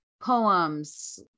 poems